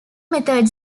method